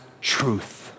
truth